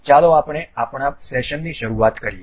ચાલો આપણે આપણા સેશન ની શરૂઆત કરીએ